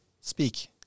speak